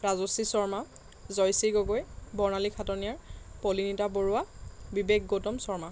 Rajashree Sharma Jayashree Gogoi Barnali Khataniar Palinita Baruah Bibek Gautam Sharma